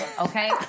okay